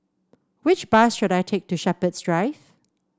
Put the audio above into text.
which bus should I take to Shepherds Drive